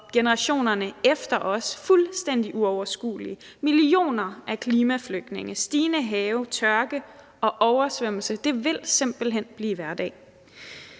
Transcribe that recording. generationerne efter os fuldstændig uoverskuelige. Millioner af klimaflygtninge, stigende have, tørke og oversvømmelse vil simpelt hen blive hverdag.